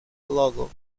logo